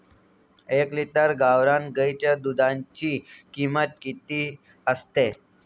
एक लिटर गावरान गाईच्या दुधाची किंमत किती असते?